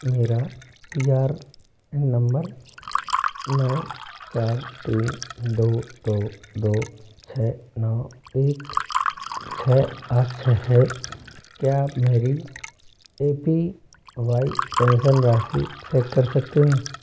मेरा P R N number नौ चार तीन दो दो दो छः नौ एक छः आठ छः है क्या आप मेरी ए पी वाई पेंशन राशि चेक कर सकते हैं